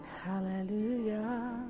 Hallelujah